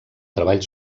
treball